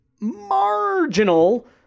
marginal